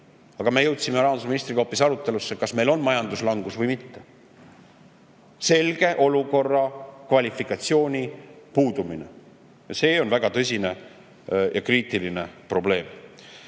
Aga me jõudsime rahandusministriga hoopis aruteluni, kas meil on majanduslangus või mitte. Olukorra selge kvalifikatsiooni puudumine on väga tõsine ja kriitiline probleem.